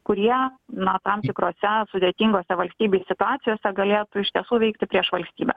kurie na tam tikrose sudėtingose valstybei situacijose galėtų iš tiesų veikti prieš valstybę